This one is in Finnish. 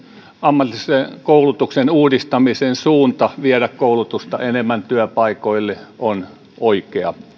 ammatillisen koulutuksen uudistamisen suunta viedä koulutusta enemmän työpaikoille on oikea